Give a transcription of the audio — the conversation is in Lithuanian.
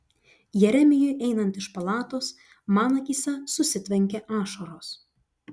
jeremijui einant iš palatos man akyse susitvenkė ašaros